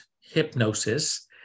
hypnosis